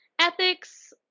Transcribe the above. ethics